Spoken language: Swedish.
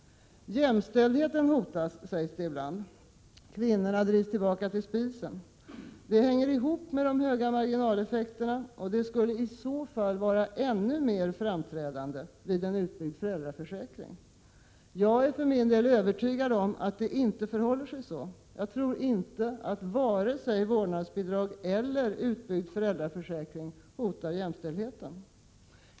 Jämställdheten hotas, sägs det ibland. Kvinnorna drivs tillbaka till spisen. Det hänger ihop med höga marginaleffekter, och det skulle i så vara ännu mer framträdande vid en utbyggd föräldraförsäkring. Jag är för min del helt övertygad om att det inte förhåller sig så. Jag tror inte att vare sig vårdnadsbidrag eller utbyggd föräldraförsäkring hotar jämställdheten.